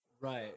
right